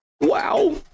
Wow